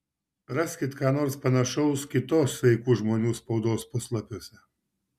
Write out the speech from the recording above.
raskit ką nors panašaus kitos sveikų žmonių spaudos puslapiuose